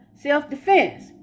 Self-defense